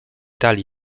tali